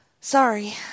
sorry